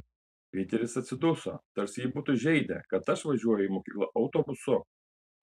piteris atsiduso tarsi jį būtų žeidę kad aš važiuoju į mokyklą autobusu